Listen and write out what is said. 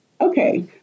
Okay